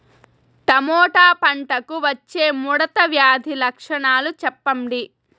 Tomato పంటకు వచ్చే ముడత వ్యాధి లక్షణాలు చెప్పండి?